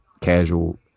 casual